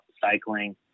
cycling